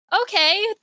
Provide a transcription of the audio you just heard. okay